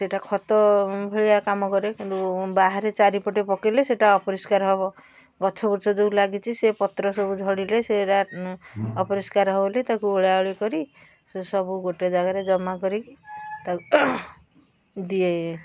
ସେଇଟା ଖତ ଭଳିଆ କାମ କରେ କିନ୍ତୁ ସେଇଟା ବାହାରେ ଚାରିପଟେ ପକେଇଲେ ସେଇଟା ଅପରିଷ୍କାର ହେବ ଗଛ ବୁଛ ଯେଉଁ ସବୁ ଲାଗିଛି ତା ପତ୍ର ସବୁ ଝଡ଼ିଲେ ସେରା ଅପରିଷ୍କାର ହେବ ବୋଲି ତାକୁ ଓଳା ଓଳି କରି ସେ ସବୁକୁ ଗୋଟିଏ ଜାଗାରେ ଜମା କରିକି ଦିଏ